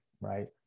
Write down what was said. right